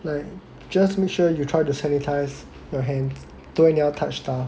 like just make sure you try to sanitize your hands don't anyhow touch stuff